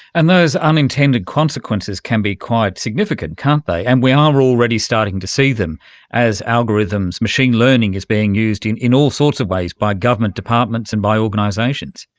and those unintended consequences can be quite significant, can't they, and we are already starting to see them as algorithms, machine learning is being used in in all sorts of ways by government departments and by organisations.